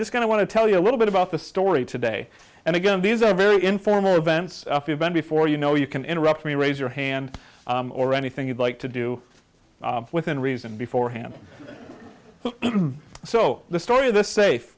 to want to tell you a little bit about the story today and again these are very informal events if you've been before you know you can interrupt me raise your hand or anything you'd like to do within reason beforehand so the story of the safe